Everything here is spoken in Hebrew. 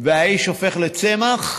והאיש הופך לצמח,